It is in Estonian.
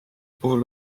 puhul